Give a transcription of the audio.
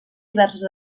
diverses